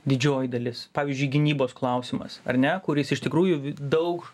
didžioji dalis pavyzdžiui gynybos klausimas ar ne kuris iš tikrųjų vi daug